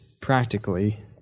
practically